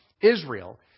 Israel